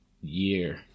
year